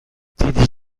دیدی